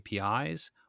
APIs